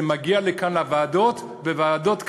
זה מגיע לכאן לוועדות, והוועדות כאן,